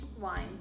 wine